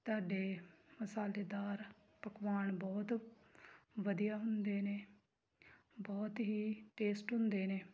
ਤੁਹਾਡੇ ਮਸਾਲੇਦਾਰ ਪਕਵਾਨ ਬਹੁਤ ਵਧੀਆ ਹੁੰਦੇ ਨੇ ਬਹੁਤ ਹੀ ਟੇਸਟ ਹੁੰਦੇ ਨੇ